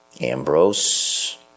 Ambrose